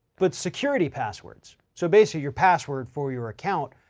but security passwords. so basically your password for your account.